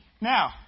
Now